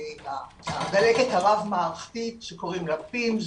הדלקת הרב-מערכתית שקוראים לה pims,